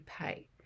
pay